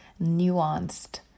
nuanced